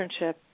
internship